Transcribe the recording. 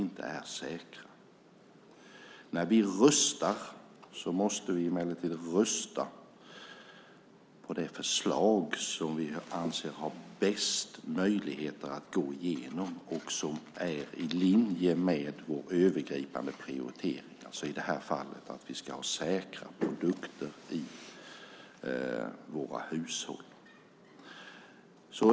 När vi röstar måste vi emellertid rösta på det förslag som vi anser har bäst möjligheter att gå igenom och som är i linje med vår övergripande prioritering, i det här fallet att vi ska ha säkra produkter i våra hushåll.